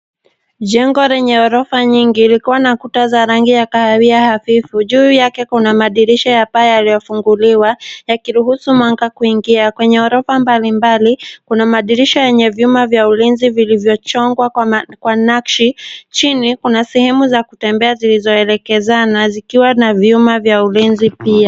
Jengo lenye ghorofa nyingi likiwa na kuta za rangi ya kahawia hafifu yaliyofunguliwa yakiruhusu mwanga kuingia, kwenye ghorofa mbalimbali kuna madirisha yenye vyuma vya ulinzi vilivyochongwa kwa nakshi, chini kuna sehemu zakutembea zilizoelekezana zikiwa na vyuma vya ulinzi pia.